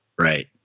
Right